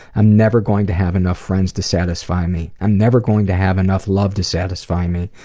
i'm never going to have enough friends to satisfy me. i'm never going to have enough love to satisfy me.